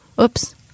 Oops